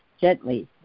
gently